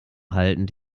halten